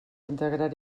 integrar